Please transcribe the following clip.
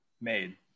made